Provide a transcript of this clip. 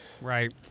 Right